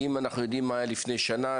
האם אנחנו יודעים מה היה לפני שנה,